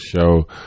show